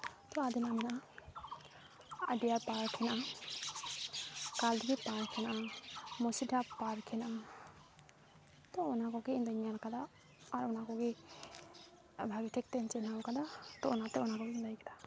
ᱛᱚ ᱟᱹᱫᱤᱱᱟ ᱫᱚ ᱟᱨ ᱰᱤᱭᱟᱨ ᱯᱟᱨᱠ ᱢᱮᱱᱟᱜᱼᱟ ᱯᱟᱨᱠ ᱦᱮᱱᱟᱜᱼᱟ ᱢᱚᱥᱤᱰᱟᱯ ᱯᱟᱨᱠ ᱢᱮᱱᱟᱜᱼᱟ ᱛᱚ ᱚᱱᱟ ᱠᱚᱜᱮ ᱤᱧᱫᱩᱧ ᱢᱮᱱ ᱠᱟᱫᱟ ᱟᱨ ᱚᱱᱟ ᱠᱚᱜᱮ ᱵᱷᱟᱹᱜᱤ ᱴᱷᱤᱠ ᱛᱮᱧ ᱪᱤᱱᱦᱟᱹᱣ ᱠᱟᱫᱟ ᱛᱚ ᱚᱱᱟᱛᱮ ᱚᱱᱟ ᱠᱚᱜᱮᱧ ᱞᱟᱹᱭᱫᱟ